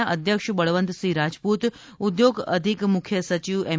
ના અધ્યક્ષ બળવંતસિંહ રાજપૂત ઉદ્યોગ અધિક મુખ્ય સચિવ એમ